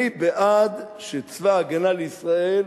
אני בעד שצבא-הגנה לישראל,